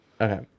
okay